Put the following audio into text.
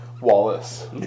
Wallace